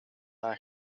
haar